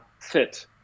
fit